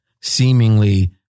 seemingly